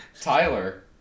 Tyler